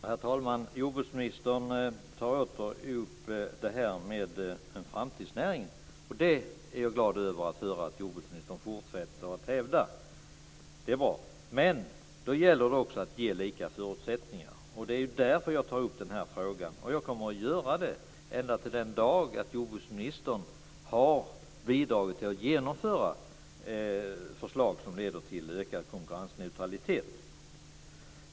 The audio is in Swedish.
Herr talman! Jordbruksministern tar åter upp detta med att det är en framtidsnäring, och det är jag glad över att höra att jordbruksministern fortsätter att hävda. Det är bra, men det då gäller det också att ge lika förutsättningar. Det är därför jag tar upp denna fråga, och jag kommer att göra det ända till den dagen jordbruksministern har bidragit till att genomföra förslag som leder till ökad konkurrensneutralitet.